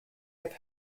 have